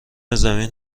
زمین